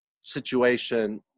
situation